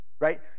right